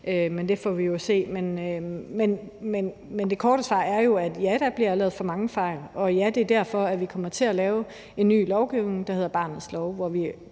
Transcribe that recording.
men det får vi jo at se. Men det korte svar er jo, at ja, der bliver lavet for mange fejl, og ja, det er derfor, vi kommer til at lave en ny lovgivning, der hedder barnets lov, hvor vi